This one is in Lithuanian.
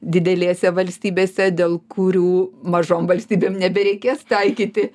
didelėse valstybėse dėl kurių mažom valstybėm nebereikės taikyti